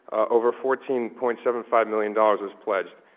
over fourteen point seven five million dollars was pledged.